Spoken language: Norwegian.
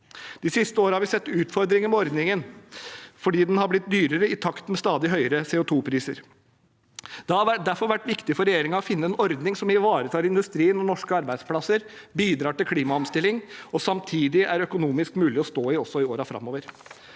De siste årene har vi sett utfordringer med ordningen fordi den har blitt dyrere i takt med stadig høyere CO2-priser. Det har derfor vært viktig for regjeringen å finne en ordning som ivaretar industrien og norske arbeidsplasser, bidrar til klimaomstilling og samtidig er økonomisk mulig å stå i også i åra framover.